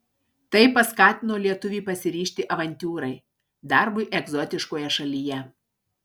tai paskatino lietuvį pasiryžti avantiūrai darbui egzotiškoje šalyje